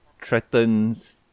threatens